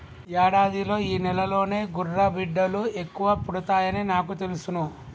యాడాదిలో ఈ నెలలోనే గుర్రబిడ్డలు ఎక్కువ పుడతాయని నాకు తెలుసును